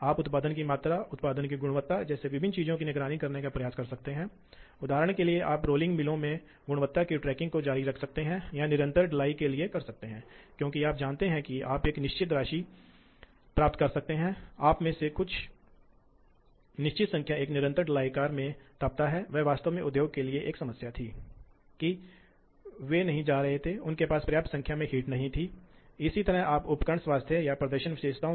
आमतौर पर जो ड्राइव का उपयोग किया जाता है वे कभी कभी खुले लूप होते हैं खासकर जब वे होते हैं तो आपको पता चल जाता है हमें कम पावर ड्राइव जैसे स्टेपर मोटर ड्राइव कहते हैं जो सस्ते होते हैं क्योंकि वे वास्तव में उनके ड्राइव इलेक्ट्रॉनिक्स बहुत सरल हैं इसलिए हमारे पास यह है कभी कभी हमने इस तरह की ड्राइव का उपयोग किया है जो खुले लूप हैं और बहुत ही सरल ड्राइव इलेक्ट्रॉनिक्स का उपयोग करते हैं